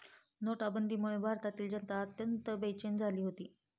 नोटाबंदीमुळे भारतातील जनता अत्यंत बेचैन झाली होती